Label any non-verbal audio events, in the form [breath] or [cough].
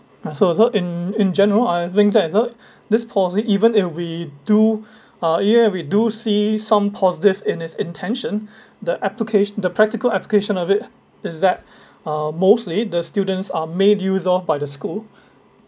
and so also in in general I think that's a [breath] this policy even if we do [breath] uh here we do see some positive in its intention [breath] the application the practical application of it is that [breath] uh mostly the students are made use of by the school